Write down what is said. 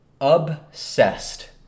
obsessed